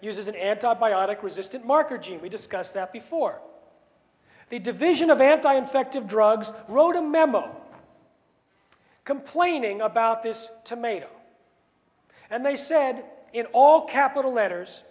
uses an antibiotic resistant marker gee we discussed that before the division of anti infective drugs wrote a memo complaining about this tomato and they said in all capital letters